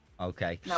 Okay